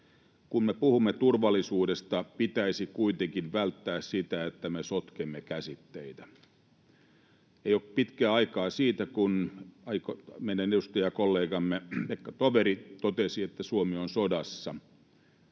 Kun me puhumme turvallisuudesta, pitäisi kuitenkin välttää sitä, että me sotkemme käsitteitä. Ei ole pitkää aikaa siitä, kun meidän edustajakollegamme Pekka Toveri totesi, että Suomi on sodassa.